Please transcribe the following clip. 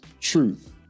truth